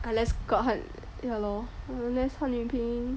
unless got 很 ya lor unless 汉语拼音